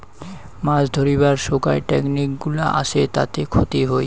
মাছ ধরিবার সোগায় টেকনিক গুলা আসে তাতে ক্ষতি হই